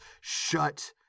shut